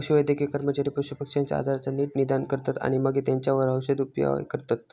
पशुवैद्यकीय कर्मचारी पशुपक्ष्यांच्या आजाराचा नीट निदान करतत आणि मगे तेंच्यावर औषदउपाय करतत